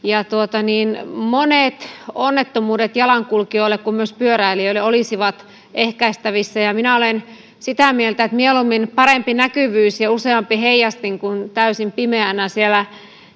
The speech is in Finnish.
pitää monet onnettomuudet jalankulkijoille ja myös pyöräilijöille olisivat ehkäistävissä minä olen sitä mieltä että mieluummin parempi näkyvyys ja useampi heijastin kuin täysin pimeänä siellä